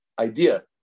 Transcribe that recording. idea